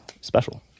special